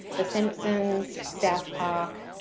the simpsons, south park,